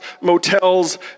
motels